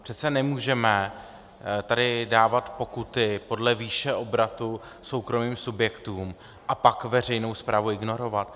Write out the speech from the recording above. Přece nemůžeme tady dávat pokuty podle výše obratu soukromým subjektům a pak tu veřejnou správu ignorovat.